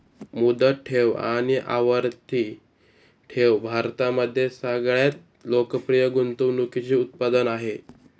मुदत ठेव आणि आवर्ती ठेव भारतामध्ये सगळ्यात लोकप्रिय गुंतवणूकीचे उत्पादन आहे